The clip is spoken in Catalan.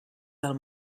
del